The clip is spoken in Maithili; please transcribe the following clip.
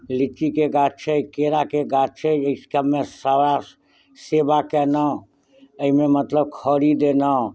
लिच्चीके गाछ छै केराके गाछ छै एहि सबमे सारा सेबा कएलहुॅं एहिमे मतलब खड़िदलहुॅं